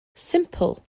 simple